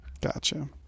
Gotcha